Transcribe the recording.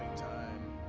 time